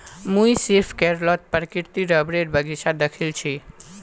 मुई सिर्फ केरलत प्राकृतिक रबरेर बगीचा दखिल छि